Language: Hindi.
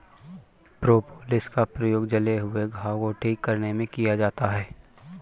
प्रोपोलिस का प्रयोग जले हुए घाव को ठीक करने में किया जाता है